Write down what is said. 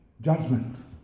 judgment